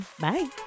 Bye